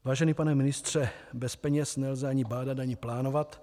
Vážený pane ministře, bez peněz nelze ani bádat, ani plánovat.